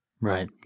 Right